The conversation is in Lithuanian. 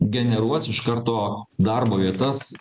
generuos iš karto darbo vietas